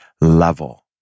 level